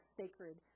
sacred